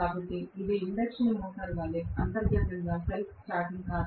కాబట్టి ఇది induction motor వలె అంతర్గతంగా సెల్ఫ్ స్టార్టింగ్ కాదు